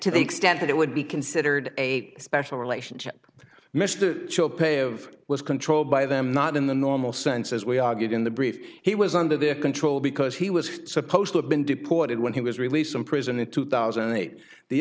to the extent that it would be considered a special relationship that mr cho pay of was controlled by them not in the normal sense as we argued in the brief he was under their control because he was supposed to have been deported when he was released from prison in two thousand and eight the